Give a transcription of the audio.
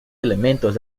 elementos